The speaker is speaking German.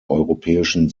europäischen